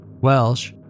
Welsh